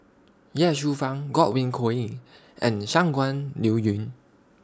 Ye Shufang Godwin Koay and Shangguan Liuyun